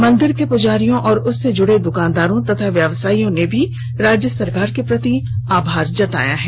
मंदिर के पुजारियों और उससे जुड़े दुकानदारों और व्यवसाइयों ने भी राज्य सरकार के प्रति आभार जताया है